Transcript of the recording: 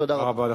תודה רבה.